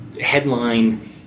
headline